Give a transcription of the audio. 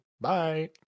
Bye